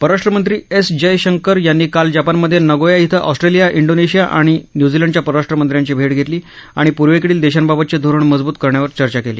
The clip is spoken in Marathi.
परराष्ट्र मंत्री एस जयशंकर यांनी काल जपानमधे नगोया इथं ऑस्ट्रेलिया इंडोनेशिया आणि न्यूझिलंडच्या परराष्ट्र मंत्र्यांची भेट घेतली आणि पूर्वेकडील देशांबाबतचे धोरण मजबूत करण्यावर चर्चा केली